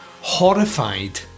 horrified